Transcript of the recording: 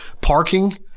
parking